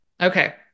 Okay